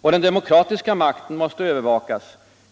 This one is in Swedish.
Och den demokratiska makten måste övervakas